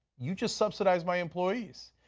you've just subsidized my employees.